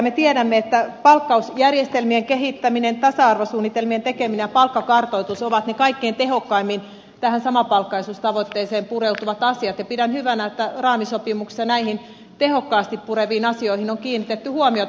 me tiedämme että palkkausjärjestelmien kehittäminen tasa arvosuunnitelmien tekeminen ja palkkakartoitus ovat ne kaikkein tehokkaimmin tähän samapalkkaisuustavoitteeseen pureutuvat asiat ja pidän hyvänä että raamisopimuksessa näihin tehokkaasti pureviin asioihin on kiinnitetty huomiota